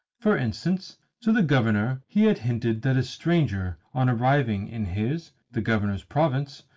for instance to the governor he had hinted that a stranger, on arriving in his, the governor's province,